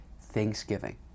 Thanksgiving